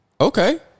okay